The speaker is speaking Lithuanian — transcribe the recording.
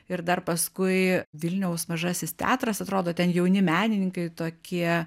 ir dar paskui vilniaus mažasis teatras atrodo ten jauni menininkai tokie